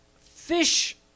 fish